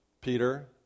Peter